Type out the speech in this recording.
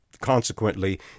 Consequently